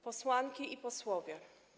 Posłanki i Posłowie!